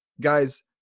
Guys